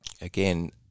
Again